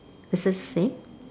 does it say